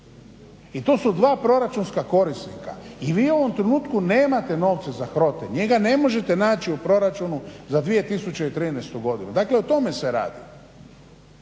i to su dva proračunska korisnika. I vi u ovom trenutku nemate novce za HROTE, njega ne možete naći u Proračunu za 2013. godinu. Dakle, o tome se radi.